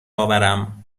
آورم